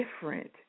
different